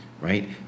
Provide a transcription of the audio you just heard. right